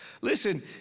Listen